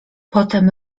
potem